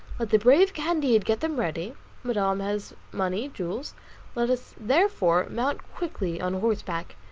let the brave candide get them ready madame has money, jewels let us therefore mount quickly on horseback,